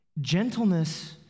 Gentleness